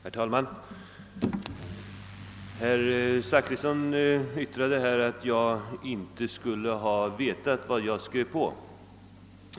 Herr talman! Herr Zachrisson yttrade att jag inte skulle ha vetat vad jag skrev på.